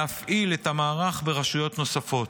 להפעיל את המערך ברשויות נוספות.